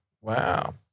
Wow